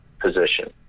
position